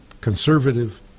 conservative